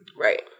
Right